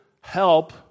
help